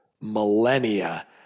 millennia